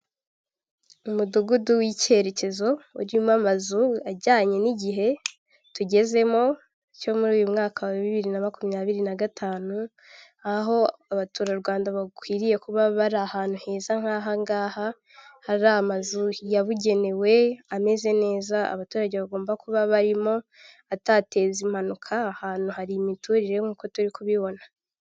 Umudugudu w'icyerekezo urimo amazu ajyanye n'igihe tugezemo cyo muri uyu mwaka wa bibiri na makumyabiri na gatanu, aho abaturarwanda bakwiriye kuba bari ahantu heza nk'ahangaha, hari amazu yabugenewe ameze neza abaturage bagomba kuba barimo, atateza impanuka, aha hantu hari imiturire nk'uko turi kubibona.